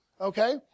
Okay